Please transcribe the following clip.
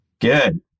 Good